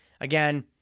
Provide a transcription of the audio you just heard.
again